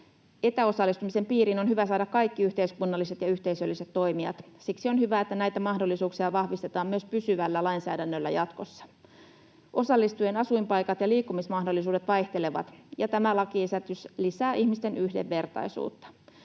Etäosallistumisen piiriin on hyvä saada kaikki yhteiskunnalliset ja yhteisölliset toimijat. Siksi on hyvä, että näitä mahdollisuuksia vahvistetaan myös pysyvällä lainsäädännöllä jatkossa. Osallistujien asuinpaikat ja liikkumismahdollisuudet vaihtelevat, ja tämä lakiesitys lisää ihmisten yhdenvertaisuutta.